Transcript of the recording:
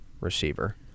receiver